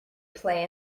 play